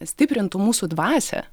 stiprintų mūsų dvasią